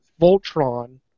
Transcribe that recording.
Voltron